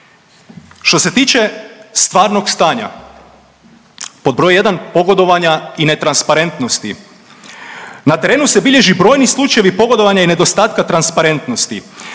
Što se tiče stvarnog stanja, pod broj jedan pogodovanja i netransparentnosti na terenu se bilježe brojni slučajevi pogodovanja i nedostatka transparentnosti.